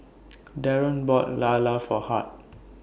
Daren bought Lala For Hart